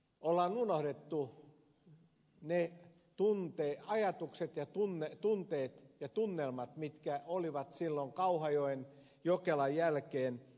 on unohdettu ne ajatukset tunteet ja tunnelmat mitkä olivat silloin kauhajoen ja jokelan jälkeen